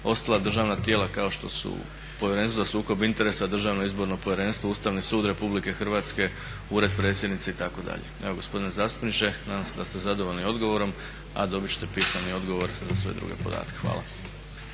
ostala državna tijela kao što su Povjerenstvo za sukob interesa, DIP, Ustavni sud RH, Ured predsjednice itd. Evo gospodine zastupniče nadam se da ste zadovoljni odgovorom, a dobit ćete pisani odgovor za sve druge podatke. Hvala.